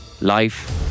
Life